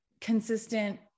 consistent